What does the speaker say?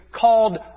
called